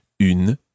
une